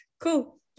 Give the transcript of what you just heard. cool